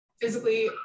physically